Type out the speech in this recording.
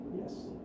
Yes